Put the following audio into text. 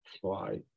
fly